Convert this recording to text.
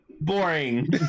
boring